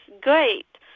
great